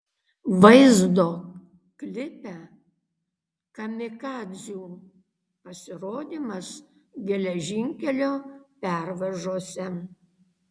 vaizdo klipe kamikadzių pasirodymas geležinkelio pervažose